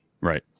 right